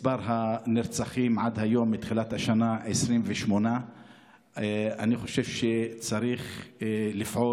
מספר הנרצחים עד היום מתחילת השנה הוא 28. אני חושב שצריך לפעול,